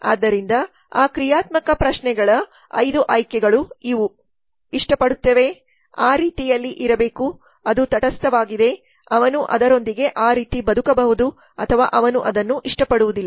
ಆದ್ದರಿಂದ ಆ ಕ್ರಿಯಾತ್ಮಕ ಪ್ರಶ್ನೆಗಳ ಈ 5 ಆಯ್ಕೆಗಳು ಇಷ್ಟಪಡುತ್ತವೆ ಆ ರೀತಿಯಲ್ಲಿ ಇರಬೇಕು ಅದು ತಟಸ್ಥವಾಗಿದೆ ಅವನು ಅದರೊಂದಿಗೆ ಆ ರೀತಿ ಬದುಕಬಹುದು ಅಥವಾ ಅವನು ಅದನ್ನು ಇಷ್ಟಪಡುವುದಿಲ್ಲ